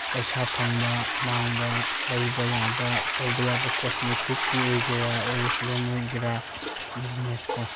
ꯄꯩꯁꯥ ꯐꯪꯕ ꯃꯥꯡꯕ ꯂꯩꯕ ꯌꯥꯕ ꯇꯧꯕ ꯌꯥꯕ ꯀꯣꯁꯃꯦꯇꯤꯛꯀꯤ ꯑꯣꯏꯒꯦꯔ ꯑꯣꯔꯤꯐ꯭ꯂꯦꯝ ꯑꯣꯏꯒꯦꯔ ꯕꯤꯖꯤꯅꯦꯁ ꯀꯣ